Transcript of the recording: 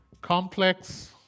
complex